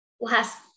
last